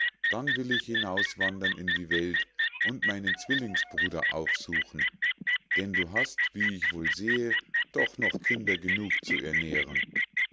dann will ich hinauswandern in die welt und meinen zwillingsbruder aufsuchen denn du hast wie ich wohl sehe doch noch kinder genug zu ernähren